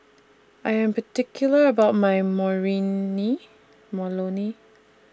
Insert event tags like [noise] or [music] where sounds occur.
I Am particular about My [unintelligible]